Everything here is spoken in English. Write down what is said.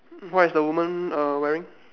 what is the woman err wearing